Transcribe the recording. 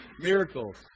miracles